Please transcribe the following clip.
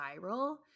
viral